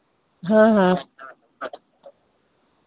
हाँ हाँ